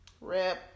Rip